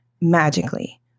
magically